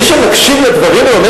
מי שמקשיב לדברים האלה,